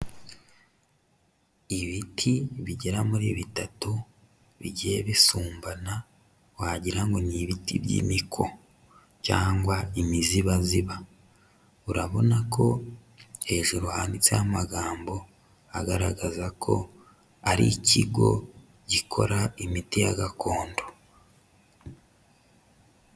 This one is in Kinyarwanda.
Ibiti bigera muri bitatu bigiye bisumbana, wagira ngo ni ibiti by'imiko cyangwa imizibaziba, urabona ko hejuru handitseho, amagambo agaragaza ko ari ikigo gikora imiti ya gakondo.